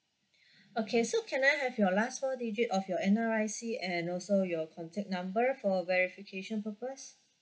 okay so can I have your last four digits of your N_R_I_C and also your contact number for verification purpose